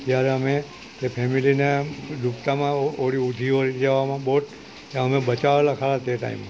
ત્યારે અમે તે ફેમેલીને ડૂબતાંમાં હોડી ઊંધી વળી જવામાં બોટ ત્યાં અમે બચાવેલાં ખરાં તે ટાઈમ